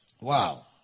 Wow